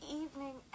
evening